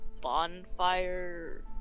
bonfire